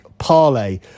parlay